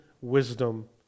wisdom